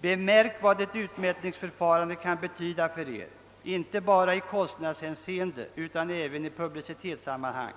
Bemärk vad ett utmätningsförfarande kan komma att betyda för Er, inte bara i kostnadshänseende utan även i publicitetssammanhang.